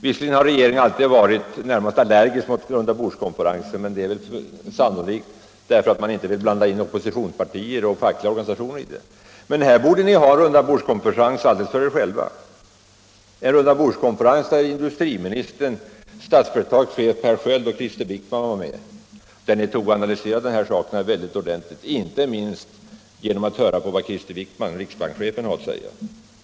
Visserligen har regeringen varit i det närmaste allergisk mot rundabordskonferenser, sannolikt därför att man inte vill blanda in oppositionspartier och fackliga organisationer, men här borde ni ha en rundabordskonferens alldeles för er själva, en rundabordskonferens där industriministern, Statsföretags chef Per Sköld och Krister Wickman var med och där ni analyserade dessa saker ordentligt, inte minst genom att lyssna till vad riksbankschefen Krister Wickman har att säga.